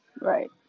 Right